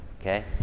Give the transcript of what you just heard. Okay